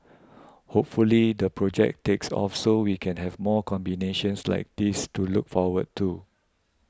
hopefully the project takes off so we can have more combinations like this to look forward to